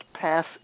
pass